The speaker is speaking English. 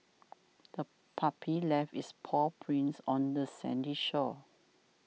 the puppy left its paw prints on the sandy shore